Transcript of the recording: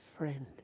friend